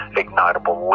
ignitable